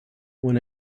when